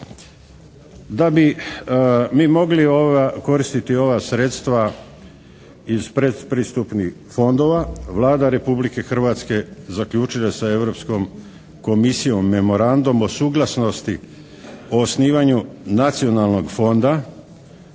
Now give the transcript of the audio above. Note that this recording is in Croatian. Da bi mi mogli koristiti ova sredstva iz predpristupnih fondova Vlada Republike Hrvatske zaključila je sa Europskom Komisijom memorandum o suglasnosti o osnivanju Nacionalnog fonda